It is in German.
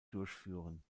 durchführen